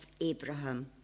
Abraham